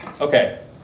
Okay